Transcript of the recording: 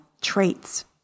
traits